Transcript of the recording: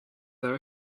there